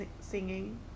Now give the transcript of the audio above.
singing